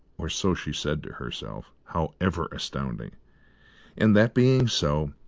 or so she said to herself, however astounding and, that being so,